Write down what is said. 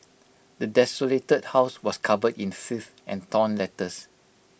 the desolated house was covered in filth and torn letters